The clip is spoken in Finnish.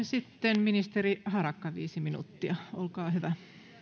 sitten ministeri harakka viisi minuuttia olkaa hyvä